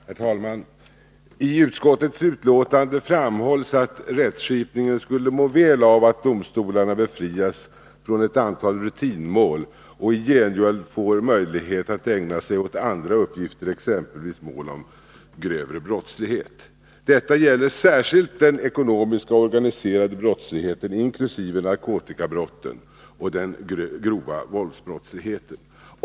ning av strafföre Herr talman! I utskottets betänkande framhålls att rättskipningen skulle läggande må väl av att domstolarna befrias från ett antal rutinmål och i gengäld får möjlighet att ägna insatser åt andra uppgifter, exempelvis mål om grövre brottslighet. Detta gäller särskilt den ekonomiska och organiserade brottsligheten inkl. narkotikabrotten och den grövre våldsbrottsligheten.